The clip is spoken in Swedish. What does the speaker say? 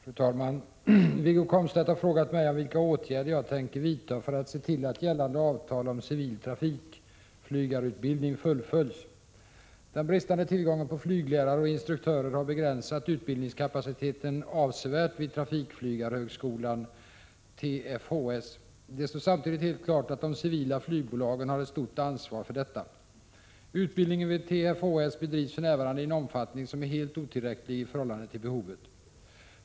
Fru talman! Wiggo Komstedt har frågat mig vilka åtgärder jag tänker vidta för att se till att gällande avtal om civil trafikflygarutbildning fullföljs. Den bristande tillgången på flyglärare och instruktörer har begränsat utbildningskapaciteten avsevärt vid trafikflygarhögskolan, TFHS. Det står samtidigt helt klart att de civila flygbolagen har ett stort ansvar för detta. Utbildningen vid TFHS bedrivs för närvarande i en omfattning som är helt otillräcklig i förhållande till behovet.